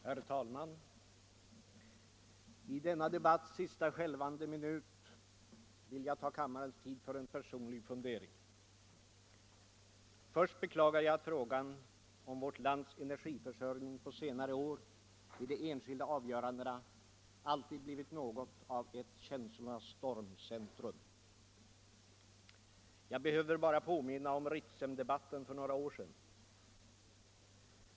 Herr talman! I denna debatts sista skälvande minut vill jag ta kammarledamöternas tid i anspråk för en personlig fundering. Först beklagar jag att frågan om vårt lands energiförsörjning på senare år vid de enskilda avgörandena alltid blivit något av ett känslornas stormcentrum. Jag behöver bara påminna om Ritsemdebatten för några år sedan.